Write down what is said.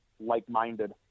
like-minded